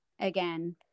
again